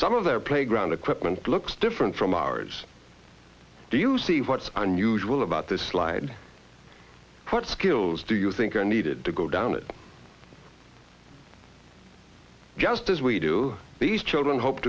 some of their playground equipment looks different from ours do you see what's unusual about this slide what skills do you think are needed to go down it just as we do these children hope